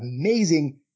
amazing